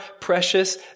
precious